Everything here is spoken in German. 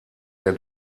der